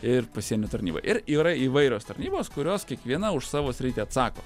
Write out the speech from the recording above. ir pasienio tarnyba ir yra įvairios tarnybos kurios kiekviena už savo sritį atsako